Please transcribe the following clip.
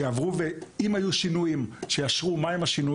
שיעבור ואם היו שינויים שיאשר אותם.